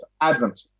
Advent